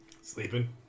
Sleeping